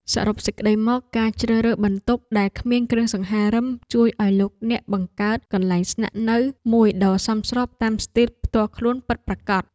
សរុបសេចក្ដីមក ការជ្រើសរើសបន្ទប់ដែលគ្មានគ្រឿងសង្ហារិមជួយឱ្យលោកអ្នកបង្កើតកន្លែងស្នាក់នៅមួយដ៏សមស្របតាមស្ទីលផ្ទាល់ខ្លួនពិតប្រាកដ។